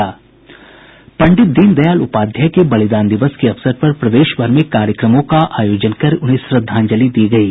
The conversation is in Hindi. पंडित दीन दयाल उपाध्याय के बलिदान दिवस के अवसर पर प्रदेश भर में कार्यक्रमों का आयोजन कर उन्हें श्रद्वांजलि दी गयी